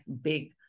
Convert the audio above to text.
big